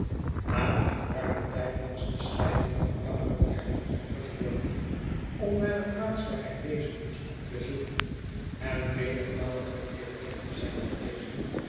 na een geruimen tijd langs de slijkerige paden te hebben omgezworven om naar de plaats waar hij wezen moest te zoeken en menigmaal een verkeerden weg te zijn gewezen